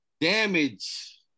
Damage